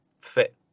fit